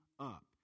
Up